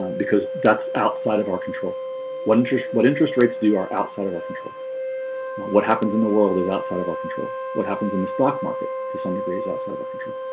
because that's outside of our control what interest what interest rates do our outside of our control what happens in the world is outside of our control? what happens in the stock market to some degree is outside of our control?